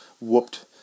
whooped